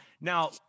now